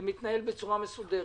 הוא מתנהל בצורה מסודרת.